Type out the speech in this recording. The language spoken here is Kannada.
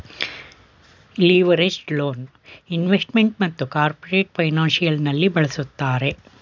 ಲಿವರೇಜ್ಡ್ ಲೋನ್ ಇನ್ವೆಸ್ಟ್ಮೆಂಟ್ ಮತ್ತು ಕಾರ್ಪೊರೇಟ್ ಫೈನಾನ್ಸಿಯಲ್ ನಲ್ಲಿ ಬಳಸುತ್ತಾರೆ